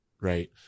right